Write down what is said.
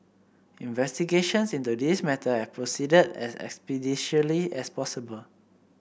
investigations into this matter have proceeded as expeditiously as possible